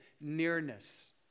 nearness